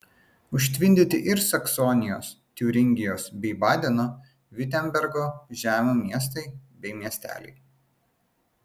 užtvindyti ir saksonijos tiuringijos bei badeno viurtembergo žemių miestai bei miesteliai